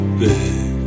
big